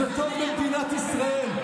זה טוב למדינת ישראל,